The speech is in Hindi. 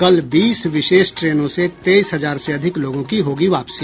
कल बीस विशेष ट्रेनों से तेईस हजार से अधिक लोगों की होगी वापसी